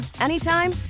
anytime